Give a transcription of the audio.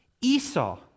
Esau